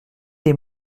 des